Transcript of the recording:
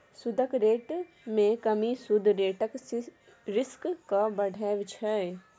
सुदक रेट मे कमी सुद रेटक रिस्क केँ बढ़ाबै छै